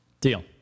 Deal